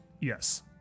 Yes